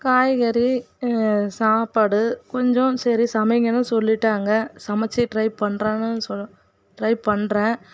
காய்கறி சாப்பாடு கொஞ்சம் சரி சமைங்கனு சொல்லிட்டாங்க சமைச்சு ட்ரை பண்ணுறேன்னும் சொ ட்ரை பண்ணுறேன்